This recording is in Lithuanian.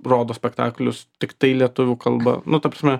rodo spektaklius tiktai lietuvių kalba nu ta prasme